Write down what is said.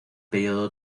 período